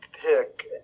pick